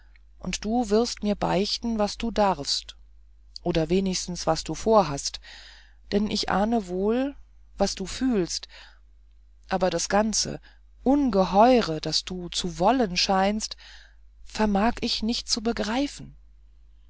und du wirst mir beichten was du darfst oder wenigstens was du vorhast denn ich ahne wohl was du fühlst aber das ganze ungeheure was du zu wollen scheinst vermag ich nicht zu begreifen